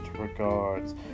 Regards